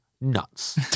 Nuts